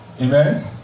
Amen